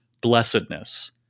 blessedness